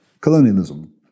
colonialism